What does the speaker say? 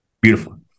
beautiful